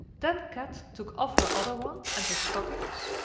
then kat took off her other one and her stockings,